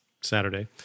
Saturday